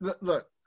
look